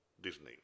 disney